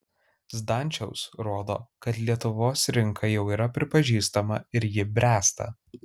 zdančiaus rodo kad lietuvos rinka jau yra pripažįstama ir ji bręsta